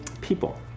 people